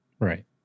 Right